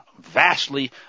vastly